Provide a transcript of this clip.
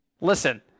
Listen